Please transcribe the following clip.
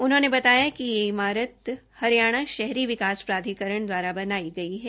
उन्होंने बताया कि इस इमारत को हरियाणा शहरी विकास प्राधिकरण द्वारा बनाई गई है